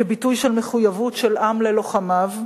כביטוי של מחויבות של עם ללוחמיו,